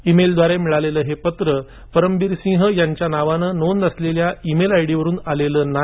ईमेलद्वारे मिळालेलं हे पत्र परमबीरसिंग यांच्या नावानं नोंद असलेल्या ईमेल आयडी वरून आलेलं नाही